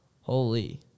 Holy